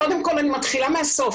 קודם כל, אני מתחילה מהסוף.